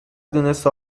دونسته